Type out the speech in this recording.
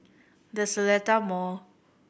The Seletar Mall